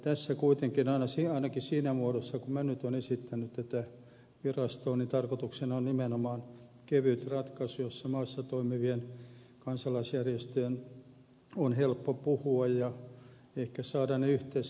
tässä kuitenkin ainakin siinä muodossa kuin minä olen esittänyt tätä virastoa tarkoituksena on nimenomaan kevyt ratkaisu jossa maassa toimivien kansalaisjärjestöjen on helppo puhua ja ehkä saada ne yhdessä tärkeiden ihmisoikeusaloitteiden taakse